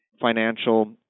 financial